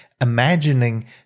imagining